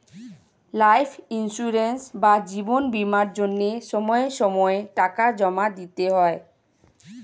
life insurance বা জীবন বীমার জন্য সময় সময়ে টাকা জমা দিতে হয়